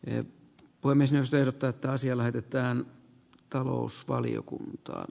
en toimisi se että tämä asia lähetetään talousvaliokuntaan